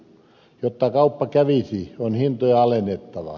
jotta kauppa kävisi on hintoja alennettava